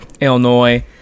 Illinois